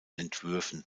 entwürfen